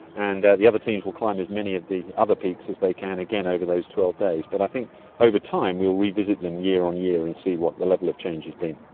and the other teams will climb as many of the other peaks as they can, again over those twelve days. but i think over time we will revisit them year-on-year and see what the level of change has been.